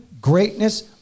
greatness